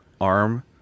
arm